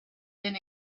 been